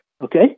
okay